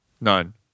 None